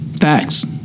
facts